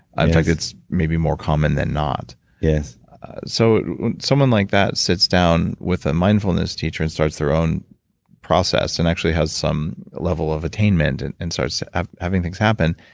um fact, it's maybe more common than not yes so when someone like that sits down with a mindfulness teacher and starts their own process and actually has some level of attainment and and starts having things happen,